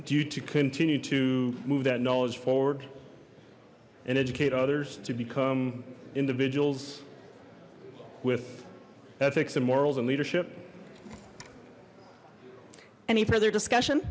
do to continue to move that knowledge forward and educate others to become individuals with ethics and morals and leadership any further discussion